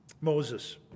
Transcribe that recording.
Moses